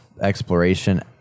exploration